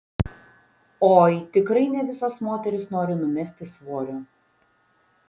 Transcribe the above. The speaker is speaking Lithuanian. oi tikrai ne visos moterys nori numesti svorio